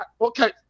Okay